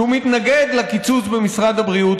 שהוא מתנגד לקיצוץ במשרד הבריאות,